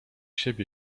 siebie